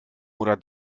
oder